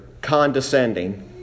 condescending